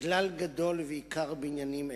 כלל גדול ועיקר בעניינים אלו,